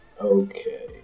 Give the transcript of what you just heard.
Okay